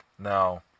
Now